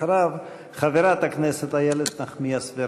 אחריו, חברת הכנסת איילת נחמיאס ורבין.